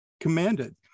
commanded